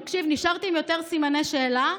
תקשיב, נשארתי עם יותר סימני שאלה.